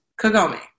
Kagome